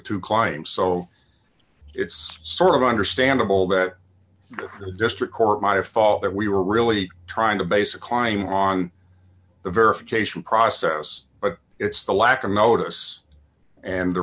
two clients so it's sort of understandable that the district court might have thought that we were really trying to basically time on the verification process but it's the lack of notice and the